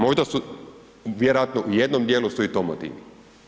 Možda su, vjerojatno u jednom djelu su i to motivi.